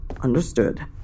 Understood